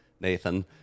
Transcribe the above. Nathan